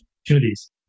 opportunities